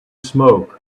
smoke